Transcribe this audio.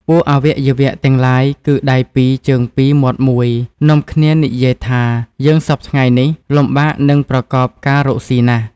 ពួកអវយវៈទាំងឡាយគឺដៃពីរជើងពីរ មាត់មួយ នាំគ្នានិយាយ ថា "យើងសព្វថ្ងៃនេះ លំបាកនឹងប្រកបការរកស៊ីណាស់" ។